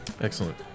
Excellent